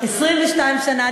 22 שנה.